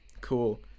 Cool